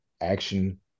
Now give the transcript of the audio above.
action